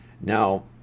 Now